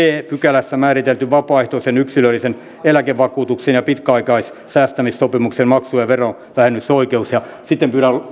d pykälässä määritelty vapaaehtoisen yksilöllisen eläkevakuutuksen ja pitkäaikaissäästämissopimuksen maksujen verovähennysoikeus sitten pyydän